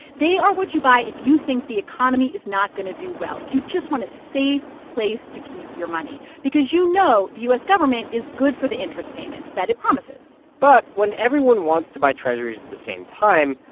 they are what you buy if you think the economy is not going to do well, if you just want a safe place to keep your money because you know the u s. government is good for the interest payments that it promises but when everyone wants to buy treasurys at the same time,